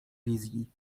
wizji